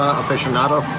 aficionado